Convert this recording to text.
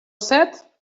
set